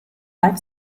life